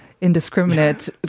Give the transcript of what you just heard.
Indiscriminate